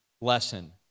lesson